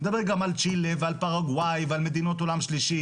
אני מדבר גם על צ'ילה ועל פארגוואי ועל מדינות עולם שלישי.